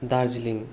Darjeeling